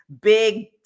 big